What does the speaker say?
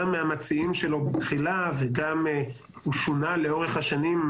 גם מהמציעים שלו בתחילה הוא גם שונה לאורך השנים,